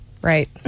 Right